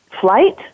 flight